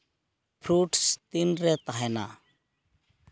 fruits ᱛᱤᱱᱨᱮ ᱛᱟᱦᱮᱱᱟ